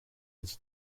his